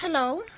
Hello